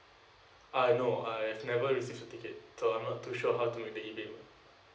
uh no I had never received the ticket so I'm not too sure how to make the E payment